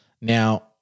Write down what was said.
Now